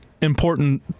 important